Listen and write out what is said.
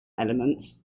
elements